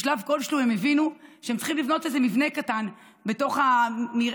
בשלב כלשהו הם הבינו שהם צריכים לבנות איזה מבנה קטן בתוך המרעה,